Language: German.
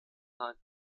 nanjing